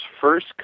first